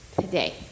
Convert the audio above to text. today